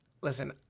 listen